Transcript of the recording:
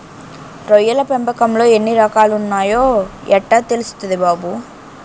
రొయ్యల పెంపకంలో ఎన్ని రకాలున్నాయో యెట్టా తెల్సుద్ది బాబూ?